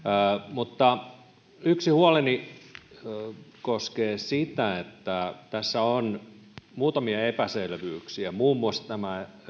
mutta yksi huoleni koskee sitä että tässä on muutamia epäselvyyksiä muun muassa tämä